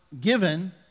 given